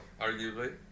Arguably